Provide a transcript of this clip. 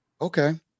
Okay